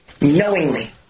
knowingly